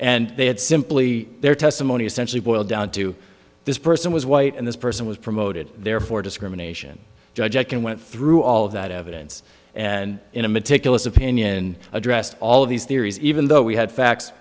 and they had simply their testimony essentially boiled down to this person was white and this person was promoted therefore discrimination judge can went through all of that evidence and in a meticulous opinion addressed all of these theories even though we had facts